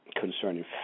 concerning